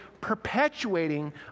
perpetuating